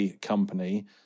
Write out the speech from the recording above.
company